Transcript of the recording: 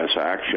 action